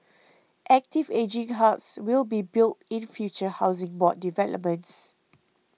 active ageing hubs will be built in future Housing Board developments